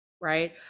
Right